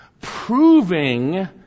proving